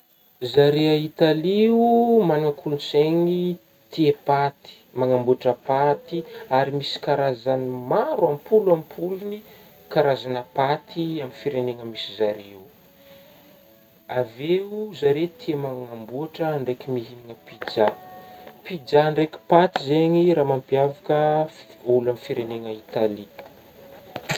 Zare a Italio magnana kolotsaigny tia paty, manaboatra paty ary misy karazagny maro am-polo am-pologny karazagna paty amin'ny firenegna misy zare ao, avy eo zare tia manamboatra ndraiky mihinagna pijà, pijà ndraiky paty zegny raha mampiavaka fi-olo a firenegna Italia.